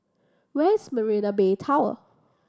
where is Marina Bay Tower